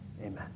amen